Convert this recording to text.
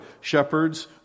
Shepherds